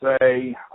say